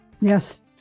Yes